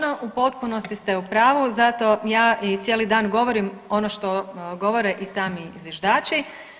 Točno u potpunosti ste u pravu zato ja i cijeli dan govorim ono što govore i sami zviždači.